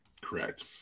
Correct